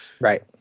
right